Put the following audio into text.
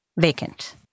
vacant